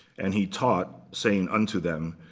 and he taught, saying unto them,